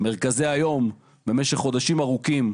מרכזי היום צועקים ״הצילו״ במשך חודשים ארוכים,